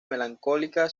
melancólica